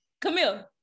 Camille